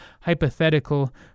hypothetical